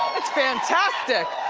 that's fantastic.